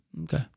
Okay